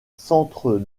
centre